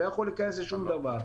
אני לא יכול להיכנס לשום דבר.